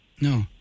No